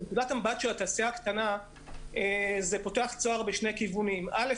מנקודת המבט של התעשייה הקטנה זה פותח צוהר בשני כיוונים: א',